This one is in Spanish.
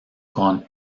con